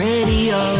Radio